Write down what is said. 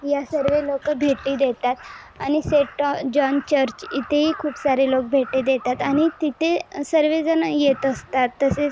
या सर्व लोक भेटी देतात आणि सेंट जॉन चर्च इथेही खूप सारे लोक भेटी देतात आणि तिथे सर्वजण येत असतात तसेच